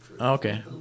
Okay